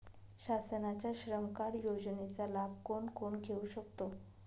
शासनाच्या श्रम कार्ड योजनेचा लाभ कोण कोण घेऊ शकतो?